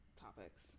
topics